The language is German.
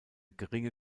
geringe